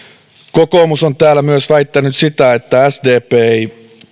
kokoomus on täällä myös väittänyt sitä että sdp ei